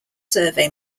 survey